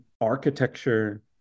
architecture